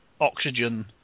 oxygen